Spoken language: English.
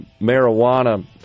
marijuana